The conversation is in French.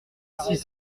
six